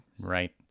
Right